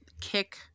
kick